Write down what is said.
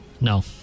No